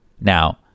Now